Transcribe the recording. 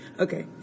okay